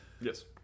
Yes